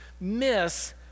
miss